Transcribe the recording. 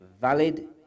valid